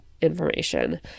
information